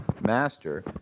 master